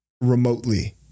remotely